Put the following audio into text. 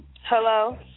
Hello